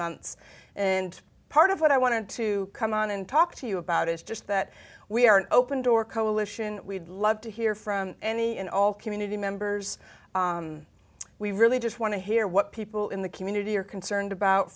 months and part of what i wanted to come on and talk to you about is just that we are an open door coalition we'd love to hear from any and all community members we really just want to hear what people in the community are concerned about